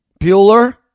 Bueller